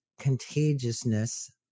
contagiousness